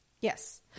Yes